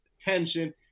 attention